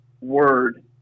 word